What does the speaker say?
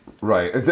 Right